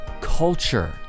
culture